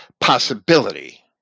possibility